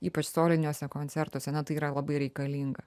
ypač soliniuose koncertuose na tai yra labai reikalinga